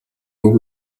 нэг